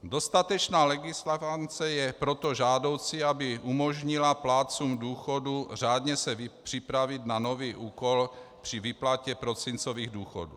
Dostatečná legisvakance je proto žádoucí, aby umožnila plátcům důchodů řádně se připravit na nový úkol při výplatě prosincových důchodů.